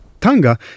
Tanga